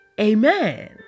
Amen